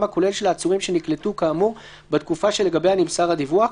הכולל של העצורים שנקלטו כאמור בתקופה שלגביה נמסר הדיווח.